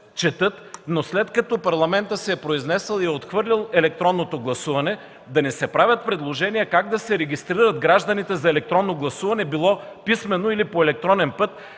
но след като Парламентът се е произнесъл и е отхвърлил електронното гласуване, да ни се правят предложения как да се регистрират гражданите за електронно гласуване – било писмено или по електронен път,